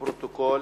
רצוני